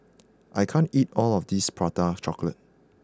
I can't eat all of this Prata Chocolate